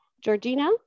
Georgina